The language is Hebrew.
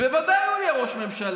בוודאי הוא יהיה ראש ממשלה,